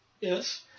Yes